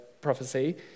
prophecy